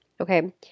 Okay